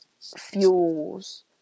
fuels